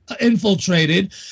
infiltrated